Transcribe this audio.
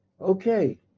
Okay